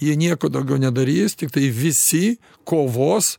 jie nieko daugiau nedarys tiktai visi kovos